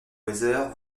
heather